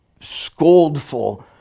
scoldful